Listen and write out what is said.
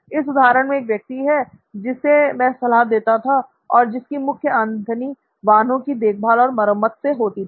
इस उदाहरण में वह व्यक्ति है जिसे मैं सलाह देता था और जिसकी मुख्य आमदनी वाहनों की देखभाल और मरम्मत से होती थी